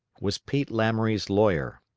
was pete lamoury's lawyer.